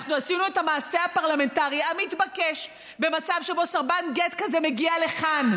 אנחנו עשינו את המעשה הפרלמנטרי המתבקש במצב שבו סרבן גט כזה מגיע לכאן.